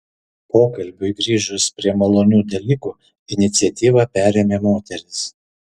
pokalbiui grįžus prie malonių dalykų iniciatyvą perėmė moterys